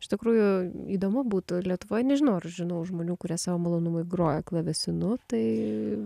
iš tikrųjų įdomu būtų lietuvoj nežinau ar žinau žmonių kurie savo malonumui groja klavesinu tai